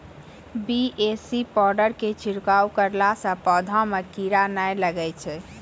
BAC powder के छिड़काव करला से पौधा मे कीड़ा नैय लागै छै?